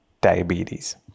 diabetes